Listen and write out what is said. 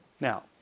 Now